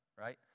right